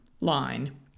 line